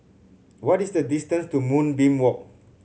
what is the distance to Moonbeam Walk